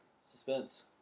Suspense